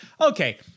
Okay